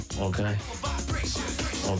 okay